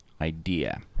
idea